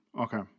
Okay